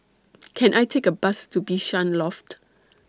Can I Take A Bus to Bishan Loft